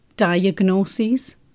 diagnoses